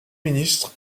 ministre